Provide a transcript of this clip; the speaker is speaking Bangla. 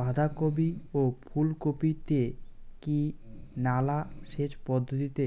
বাধা কপি ও ফুল কপি তে কি নালা সেচ পদ্ধতিতে